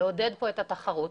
לעודד את התחרות,